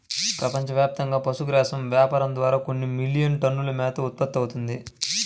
ప్రపంచవ్యాప్తంగా పశుగ్రాసం వ్యాపారం ద్వారా కొన్ని మిలియన్ టన్నుల మేత ఉత్పత్తవుతుంది